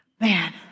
Man